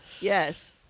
Yes